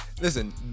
Listen